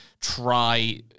try